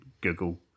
Google